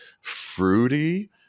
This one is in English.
fruity